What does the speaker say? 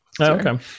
Okay